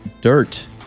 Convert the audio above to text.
dirt